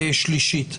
ושלישית.